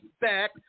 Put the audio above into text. back